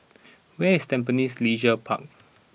where is Tampines Leisure Park